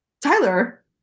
tyler